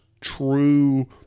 true